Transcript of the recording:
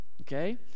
Okay